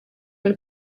mill